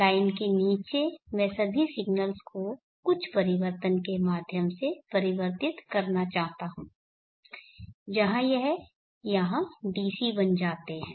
line के नीचे मैं सभी सिग्नल्स को कुछ परिवर्तन के माध्यम से परिवर्तित करना चाहता हूं जहां यह यहां DC बन जाते हैं